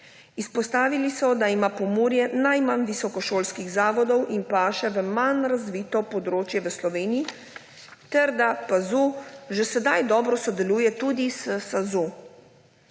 Izpostavili so, da ima Pomurje najmanj visokošolskih zavodov in paše v manj razvito pobmočje v Sloveniji ter da PAZU že sedaj dobro sodeluje tudi s SAZU.